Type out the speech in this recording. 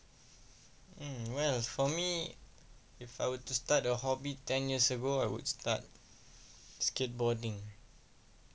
hmm whereas for me if I were to start a hobby ten years ago I would start skateboarding